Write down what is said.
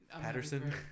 Patterson